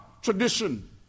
tradition